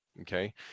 okay